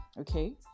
Okay